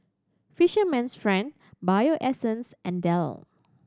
Fisherman's Friend Bio Essence and Dell